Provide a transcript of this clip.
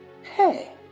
Hey